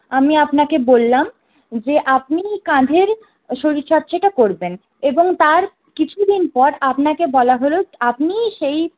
আমি আপনাকে বললাম যে আপনি কাঁধের শরীরচর্চাটা করবেন এবং তার কিছুদিন পর আপনাকে বলা হলে আপনি সেই